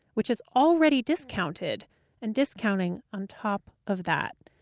which is already discounted and discounting on top of that.